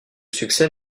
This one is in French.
succès